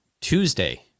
Tuesday